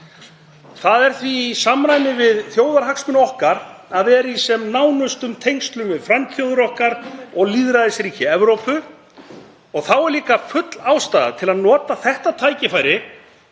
Það er því í samræmi við þjóðarhagsmuni okkar að vera í sem nánustum tengslum við frændþjóðir okkar og lýðræðisríki í Evrópu. Þá er líka full ástæða til að nota þetta tækifæri